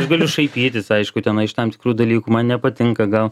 aš galiu šaipytis aišku tenai iš tam tikrų dalykų man nepatinka gal